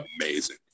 amazing